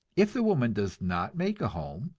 if the woman does not make a home,